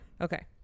okay